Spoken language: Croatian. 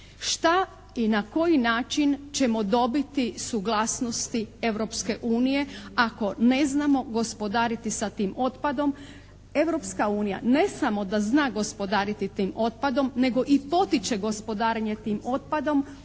Šta i na koji način ćemo dobiti suglasnosti Europske unije ako neznamo gospodariti sa tim otpadom. Europska unija ne samo da zna gospodariti tim otpadom nego i potiče gospodarenje tim otpadom